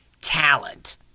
talent